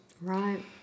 Right